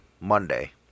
Monday